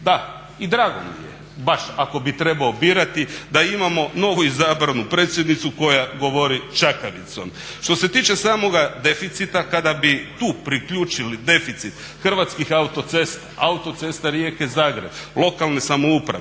Da, i drago mi je baš ako bi trebao birati da imamo novoizabranu predsjednicu koja govori čakavicom. Što se tiče samoga deficita kada bi tu priključili deficit Hrvatskih autocesta, Autoceste Rijeke-Zagreb, lokalne samouprave